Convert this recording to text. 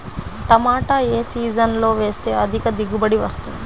టమాటా ఏ సీజన్లో వేస్తే అధిక దిగుబడి వస్తుంది?